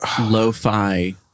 lo-fi